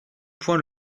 point